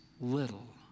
little